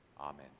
Amen